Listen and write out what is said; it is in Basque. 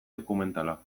dokumentala